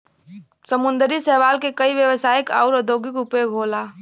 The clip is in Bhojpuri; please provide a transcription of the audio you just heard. समुंदरी शैवाल के कई व्यवसायिक आउर औद्योगिक उपयोग होला